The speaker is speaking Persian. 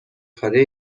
کاره